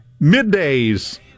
middays